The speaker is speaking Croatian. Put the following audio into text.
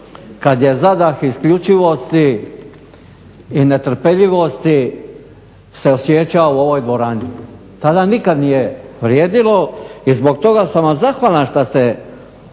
kad je zadah isključivosti i netrpeljivosti se osjećao u ovoj dvorani. Tada nije nikad vrijedilo i zbog toga sam vam zahvalan što ste